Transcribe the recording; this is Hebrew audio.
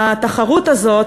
התחרות הזאת,